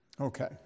Okay